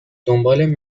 دنبال